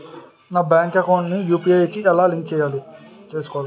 నా bank account ని UPI కి ఎలా లింక్ చేసుకోవాలి?